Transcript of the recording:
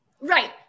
Right